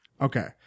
Okay